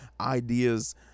ideas